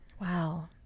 Wow